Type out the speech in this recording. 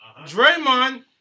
Draymond